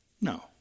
No